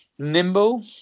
nimble